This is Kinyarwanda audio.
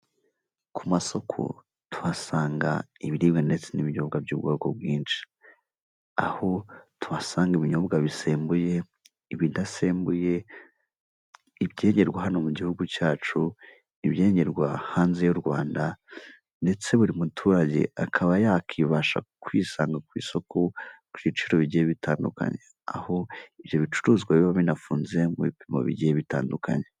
Ku masoko tuhasanga ibiribwa ndetse n'ibinyobwa by'ubwoko bwinshi, aho tuhasanga ibinyobwa bisembuye, ibidasembuye, ibyengerwa hano mu gihugu cyacu, ibyengerwa hanze y'u Rwanda ndetse buri muturage akaba yabasha kwisanga ku isoko ku biciro bigiye bitandukanye, aho ibyo bicuruzwa biba binafunze mu bipimo bigiye bitandukanye.